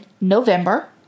November